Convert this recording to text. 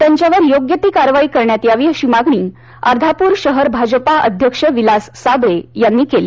त्यांच्यावर योग्य ती कारवाई करण्यात यावी अशी मागणी अर्धापूर शहर भाजपा अध्यक्ष विलास साबळे यांनी केली